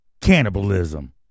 cannibalism